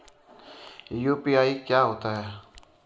UPI क्या होता है?